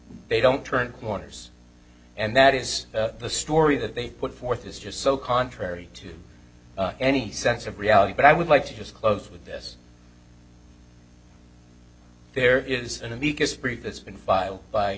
they don't turn corners and that is the story that they put forth is just so contrary to any sense of reality but i would like to just close with this there is an amicus brief that's been filed by